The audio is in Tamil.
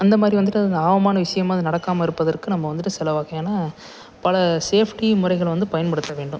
அந்த மாதிரி வந்துட்டு அந்த ஆபத்மான விஷயமாக அது நடக்காமல் இருப்பதற்கு நம்ம வந்துட்டு சில வகையான பல சேஃப்டி முறைகளை வந்து பயன்படுத்த வேண்டும்